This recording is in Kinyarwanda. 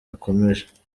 ukomeje